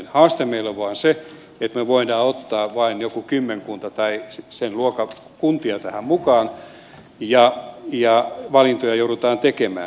haaste meillä on vain se että me voimme ottaa vain joku kymmenkunta tai sitä luokkaa kuntia tähän mukaan ja valintoja joudutaan tekemään